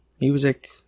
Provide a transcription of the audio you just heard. music